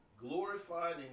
glorified